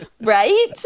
Right